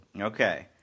Okay